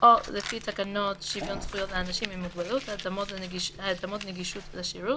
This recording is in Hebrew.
או לפי תקנות שוויון זכויות לאנשים עם מוגבלות (התאמות נגישות לשירות),